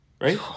Right